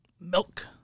Milk